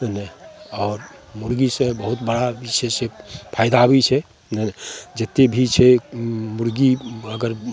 नहि नहि आओर मुरगीसे बहुत बड़ा भी छै से फैदा भी छै नहि नहि जतेक भी छै ओ मुरगी अगर ओ